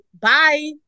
bye